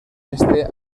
este